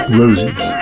roses